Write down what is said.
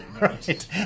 Right